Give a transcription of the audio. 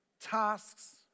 tasks